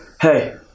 hey